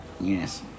Yes